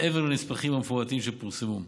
מעבר לנספחים המפורטים שפורסמו,